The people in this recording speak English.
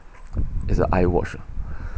it's a I_watch ah